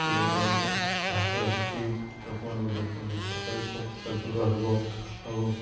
ଦୂର କରନ୍ତେ ଯାହାଫଳରେ କି ଲୋକମାନଙ୍କୁ ବେକାରୀ ସମସ୍ୟା ଦୂର ହେବ ଆଉ